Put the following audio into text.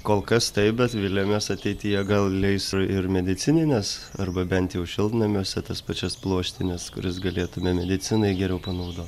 kol kas taip bet viliamės ateityje gal leis ir ir medicininės arba bent jau šiltnamiuose tas pačias pluoštines kurias galėtume medicinai geriau panaudo